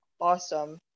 awesome